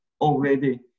already